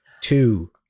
two